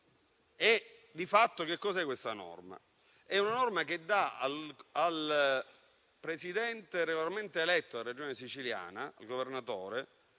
e di fatto che cos'è questa norma? È una norma che dà al presidente regolarmente eletto della Regione siciliana, il Governatore,